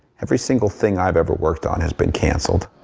every single thing i've ever worked on has been cancelled.